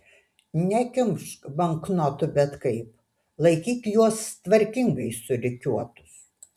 nekimšk banknotų bet kaip laikyk juos tvarkingai surikiuotus